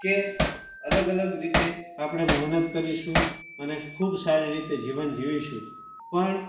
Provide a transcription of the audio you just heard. કે અલગ અલગ રીતે આપણે મહેનત કરીશું અને ખૂબ સારી રીતે જીવન જીવીશું પણ